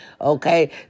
Okay